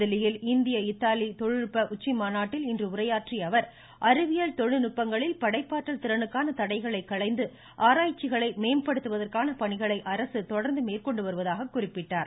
புதுதில்லியில் இந்திய இத்தாலி தொழில்நுட்ப உச்சிமாநாட்டில் இன்று உரையாற்றிய அவர் அறிவியல் தொழில்நுட்பங்களில் படைப்பாற்றல் திறனுக்கான தடைகளை களைந்து ஆராய்ச்சிகளை மேம்படுத்துவதற்கான பணிகளை அரசு தொடர்ந்து மேற்கொண்டு வருவதாக குறிப்பிட்டார்